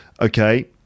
okay